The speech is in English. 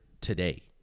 today